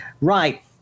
Right